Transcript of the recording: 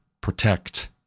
protect